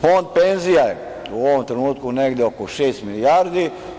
Fond penzija je u ovom trenutku negde oko šest milijardi.